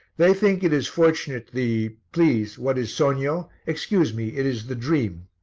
they think it is fortunate the please, what is sogno? excuse me, it is the dream.